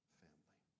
family